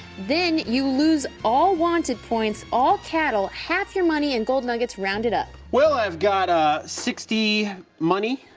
then you lose all wanted points, all cattle, half your money and gold nuggets, rounded up. well i've got ah sixty money,